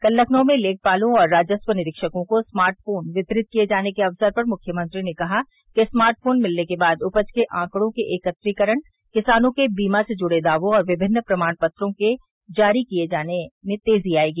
कल लखनऊ में लेखपालों और राजस्व निरीक्षकों को स्मार्ट फोन वितरित किये जाने के अवसर पर मुख्यमंत्री ने कहा कि स्मार्ट फोन मिलने के बाद उपज के आंकड़ों के एकत्रीकरण किसानों के बीमा से जुड़े दावों और विभिन्न प्रमाण पत्रों के जारी किये जाने में तेजी आयेगी